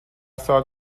سال